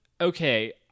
okay